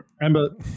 remember